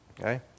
Okay